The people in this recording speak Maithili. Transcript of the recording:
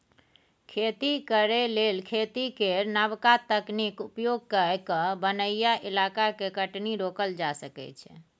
खेती करे लेल खेती केर नबका तकनीक उपयोग कए कय बनैया इलाका के कटनी रोकल जा सकइ छै